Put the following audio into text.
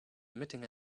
emitting